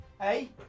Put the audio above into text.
Hey